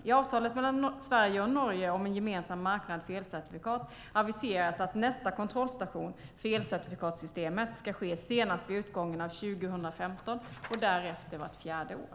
I avtalet mellan Sverige och Norge om en gemensam marknad för elcertifikat aviseras att nästa kontrollstation för elcertifikatssystemet ska ske senast vid utgången av 2015 och därefter vart fjärde år.